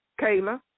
Kayla